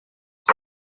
bye